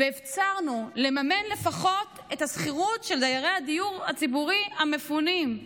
והפצרנו לממן לפחות את השכירות של דיירי הדיור הציבורי המפונים.